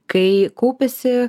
kai kaupiasi